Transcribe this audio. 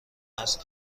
است